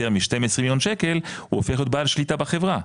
מ-12 מיליון שקל הוא הופך להיות בעל שליטה בחברה,